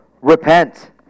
repent